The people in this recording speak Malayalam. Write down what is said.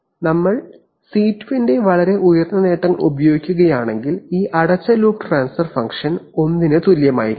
ഞങ്ങൾ C2 ന്റെ വളരെ ഉയർന്ന നേട്ടങ്ങൾ ഉപയോഗിക്കുകയാണെങ്കിൽ ഈ അടച്ച ലൂപ്പ് ട്രാൻസ്ഫർ ഫംഗ്ഷൻ 1 ന് തുല്യമായിരിക്കും